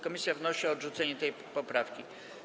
Komisja wnosi o odrzucenie tej poprawki.